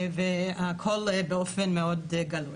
והכל באופן מאוד גלוי.